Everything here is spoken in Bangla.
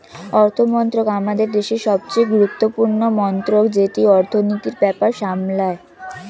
অর্থমন্ত্রক আমাদের দেশের সবচেয়ে গুরুত্বপূর্ণ মন্ত্রক যেটি অর্থনীতির ব্যাপার সামলায়